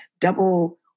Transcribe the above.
double